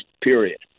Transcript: period